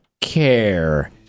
care